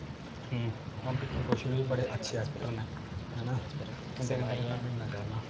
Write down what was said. हून हां विक्की कौशल बी बड़े अच्छे ऐक्टर न है ना इं'दे कन्नै बी में मिलना चाह्न्ना